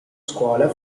scuola